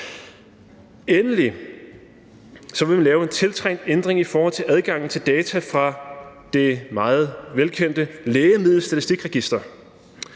det femte lave en tiltrængt ændring i forhold til adgangen til data fra det meget velkendte Lægemiddelstatistikregister.